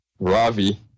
Ravi